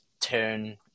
turn